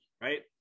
right